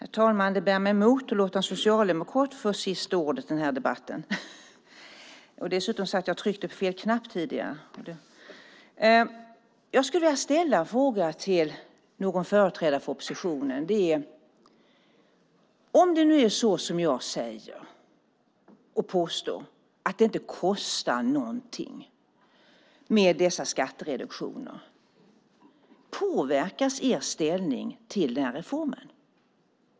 Herr talman! Det bär mig emot att låta en socialdemokrat få sista ordet i denna debatt. Dessutom satt jag och tryckte på fel knapp tidigare. Jag skulle vilja fråga någon företrädare för oppositionen: Om det nu är så som jag påstår, nämligen att det inte kostar någonting med dessa skattereduktioner, påverkas er inställning till reformen?